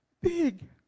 big